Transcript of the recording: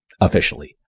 officially